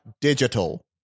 digital